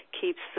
keeps